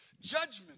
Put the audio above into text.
judgment